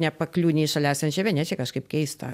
nepakliūni į šalia esančią veneciją kažkaip keista